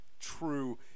true